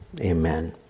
amen